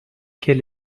quel